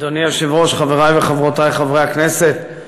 אדוני היושב-ראש, חברי וחברותי חברי הכנסת,